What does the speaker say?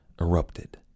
erupted